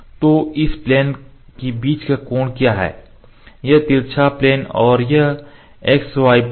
तो इन दो प्लेन के बीच का कोण क्या है यह तिरछा प्लेन और यह xy प्लेन